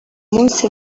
munsi